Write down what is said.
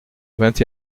vingt